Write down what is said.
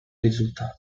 risultato